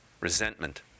resentment